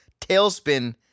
Tailspin